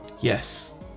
yes